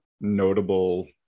notable